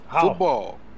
Football